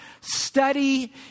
study